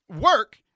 work